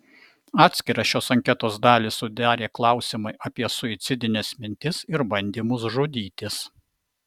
atskirą šios anketos dalį sudarė klausimai apie suicidines mintis ir bandymus žudytis